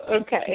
Okay